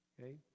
okay